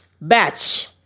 batch